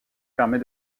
permet